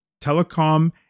telecom